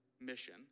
mission